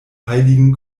heiligen